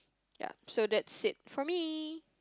ya so that's it for me